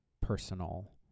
personal